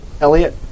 Elliot